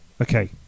okay